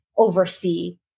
oversee